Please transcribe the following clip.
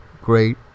great